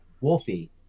Wolfie